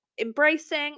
embracing